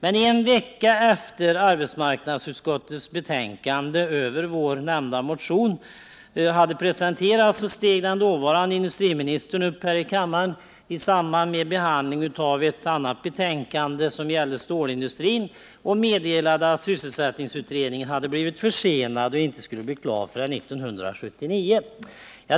En vecka efter det att arbetsmarknadsutskottets betänkande över vår mation hade presenterats steg den dåvarande industriministern upp här i kammaren, i samband med behandlingen av ett betänkande om stålindustrin, och meddelade att sysselsättningsutredningen hade blivit försenad och inte skulle bli klar förrän 1979.